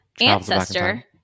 ancestor